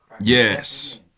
Yes